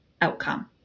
outcome